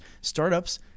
startups